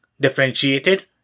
differentiated